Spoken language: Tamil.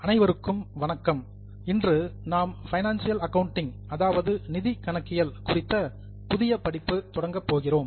அனைவருக்கும் வணக்கம் இன்று நாம் பைனான்சியல் கவுண்டிங் அதாவது நிதி கணக்கியல் குறித்த புதிய படிப்பு தொடங்கப் போகிறோம்